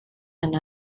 and